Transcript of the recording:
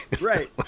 Right